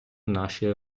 нашій